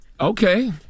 Okay